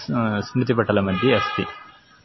स् स्मृतिपटलमध्ये अस्ति